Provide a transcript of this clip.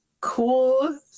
cool